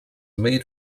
made